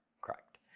Correct